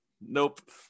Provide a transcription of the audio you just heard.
Nope